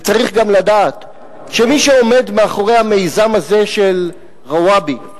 וצריך גם לדעת שמי שעומד מאחורי המיזם הזה של רוואבי,